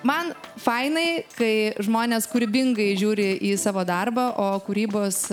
man fainai kai žmonės kūrybingai žiūri į savo darbą o kūrybos